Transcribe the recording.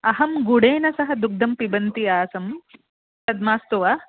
अहं गुडेन सह दुग्धं पिबन्ती आसं तद् मास्तु वा